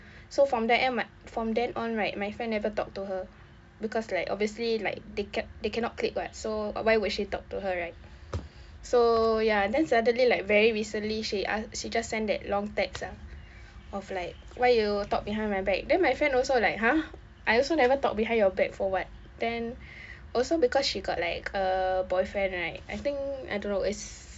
so from then my from then on right my friend never talk to her because like obviously like they can they cannot click right so why would she talk to her right so ya and then suddenly like very recently she ask she just sent that long text ah of like why you talk behind my back then my friend also like !huh! I also never talk behind your back for what then also because she got like a boyfriend right I think I don't know is